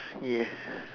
yes